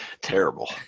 Terrible